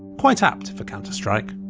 quite apt for counter-strike.